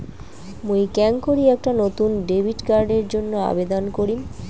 মুই কেঙকরি একটা নতুন ডেবিট কার্ডের জন্য আবেদন করিম?